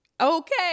Okay